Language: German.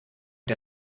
der